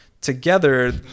together